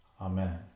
Amen